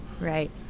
Right